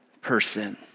person